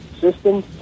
system